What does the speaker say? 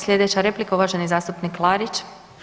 Sljedeća replika uvaženi zastupnik Klarić.